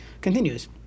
continues